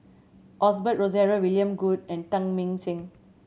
Osbert Rozario William Goode and Teng Mah Seng